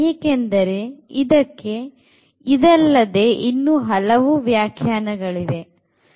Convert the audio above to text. ಏಕೆಂದರೆ ಇದಕ್ಕೆ ಇದಲ್ಲದೆ ಇನ್ನು ಹಲವು ವ್ಯಾಖ್ಯಾನಗಳಿವೆ